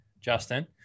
Justin